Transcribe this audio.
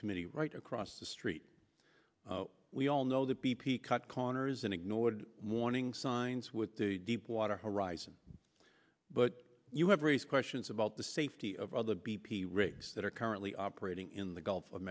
committee right across the street we all know that b p cut corners and ignored warning signs with the deepwater horizon but you have raised questions about the safety of other b p rigs that are currently operating in the gulf of